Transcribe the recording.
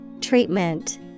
Treatment